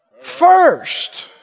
first